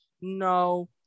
No